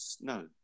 no